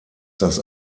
das